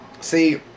See